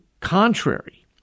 contrary